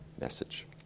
message